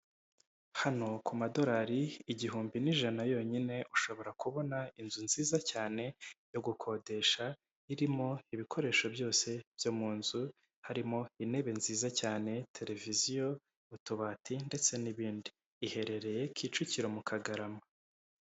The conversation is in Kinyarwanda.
Hano kumadolari igihumbi n'ijana yonyine ushobora kubona inzu nziza cyane yo gukodesha, irimo ibikoresho byose byo mu nzu, harimo intebe nziza cyane, televiziyo, utubati ndetse n'ibindi, iherereye Kicukiro mu Kagarama.